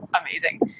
amazing